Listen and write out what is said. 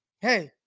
hey